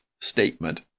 statement